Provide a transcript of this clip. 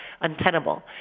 untenable